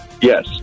Yes